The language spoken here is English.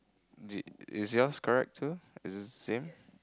is yours correct too is it same